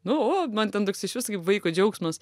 nu o man ten toks išvis kaip vaiko džiaugsmas